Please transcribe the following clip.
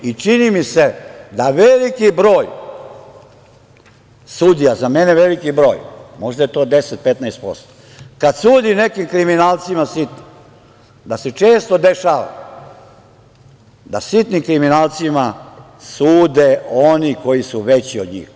I čini mi se da veliki broj sudija, za mene veliki broj, možda je to 10%, 15%, kada sudi nekim kriminalcima sitnim da se često dešava da sitni kriminalcima sude oni koji su veći od njih.